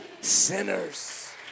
sinners